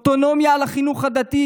אוטונומיה לחינוך הדתי,